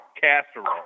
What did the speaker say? casserole